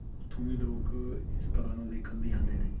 ਉੱਥੋਂ ਵੀ ਲੋਕ ਇਸ ਕਲਾ ਨੂੰ ਦੇਖਣ ਲਈ ਆਉਂਦੇ ਨੇ